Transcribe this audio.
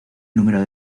número